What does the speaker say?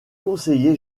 conseiller